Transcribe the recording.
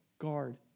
guard